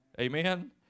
Amen